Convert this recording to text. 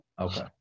Okay